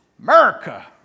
America